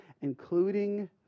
including